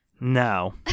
No